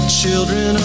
children